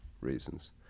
reasons